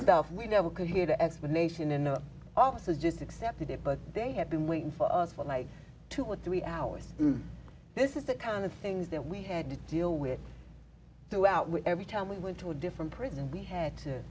stuff we know we could hear the explanation in the offices just accepted it but they had been waiting for us for like two or three hours this is the kind of things that we had to deal with throughout with every time we went to a different prison we had to